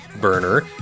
burner